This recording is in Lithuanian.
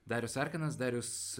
darius arkanas darius